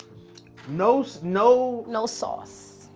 no, no. no sauce.